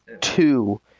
two